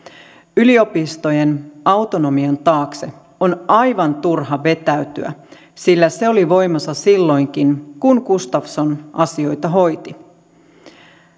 yliopistojen autonomian taakse on aivan turha vetäytyä sillä se oli voimassa silloinkin kun gustafsson asioita hoiti